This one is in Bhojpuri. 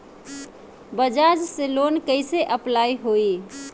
बजाज से लोन कईसे अप्लाई होई?